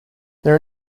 there